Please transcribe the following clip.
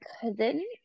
cousin